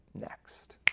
next